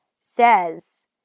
says